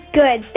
good